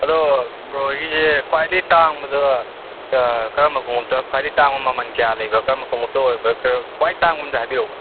ꯑꯗꯣ ꯕ꯭ꯔꯣ ꯍꯣꯏꯒꯤꯁꯦ ꯈ꯭ꯋꯥꯏꯗꯒꯤ ꯇꯥꯡꯕꯗ ꯀꯔꯝꯕ ꯈꯨꯉꯨꯞꯇ ꯈ꯭ꯋꯥꯏꯗꯒꯤ ꯇꯥꯡꯕ ꯃꯃꯟ ꯀꯌꯥ ꯂꯩꯕ ꯀꯔꯝꯕ ꯈꯣꯉꯨꯞꯇ ꯑꯣꯏꯕ꯭ꯔꯥ ꯈꯔ ꯈ꯭ꯋꯥꯏ ꯑꯇꯥꯡꯕ ꯑꯝꯇ ꯍꯥꯏꯕꯤꯔꯛꯎꯕ